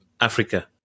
Africa